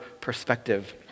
perspective